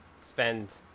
spend